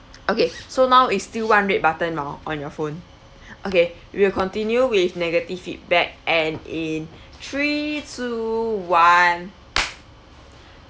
okay so now is still one red button or on your phone okay we'll continue with negative feedback and in three two one